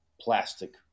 plastic